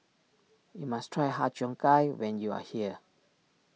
you must try Har Cheong Gai when you are here